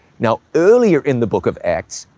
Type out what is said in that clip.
now, earlier in the book of acts,